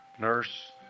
nurse